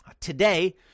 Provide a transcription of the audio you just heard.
Today